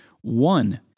One